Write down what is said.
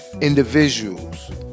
individuals